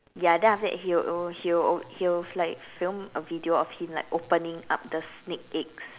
ya then after that he will al~ he will al~ he always like film a video of him like opening up the snake eggs